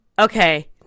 Okay